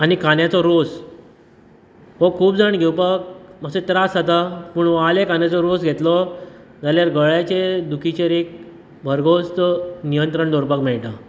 आनी कांद्याचो रोस हो खूब जाण घेवपाक मात्शे त्रास जाता पूण हो आलें कांद्याचो रोस घेतलो जाल्यार गळ्याचे दुखीचेर एक भरगोस्त नियंत्रण दवरपाक मेळटा